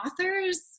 authors